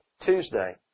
Tuesday